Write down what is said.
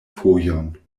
fojon